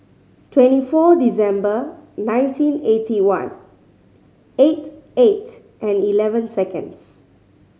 twenty four December nineteen eighty one eight eight and eleven seconds